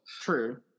True